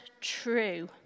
true